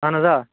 اَہَن حظ آ